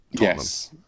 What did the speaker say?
Yes